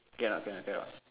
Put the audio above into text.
ya cannot cannot cannot